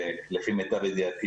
לפי מיטב ידיעתי,